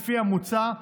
לפי המוצע,